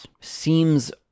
Seems